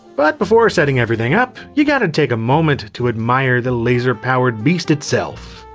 but before setting everything up, ya gotta take a moment to admire the laser-powered beast itself.